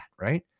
right